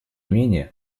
менее